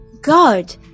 God